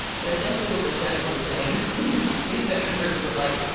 and essentially, what the senate was saying these these senators were like,